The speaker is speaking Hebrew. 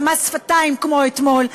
במס שפתיים כמו אתמול,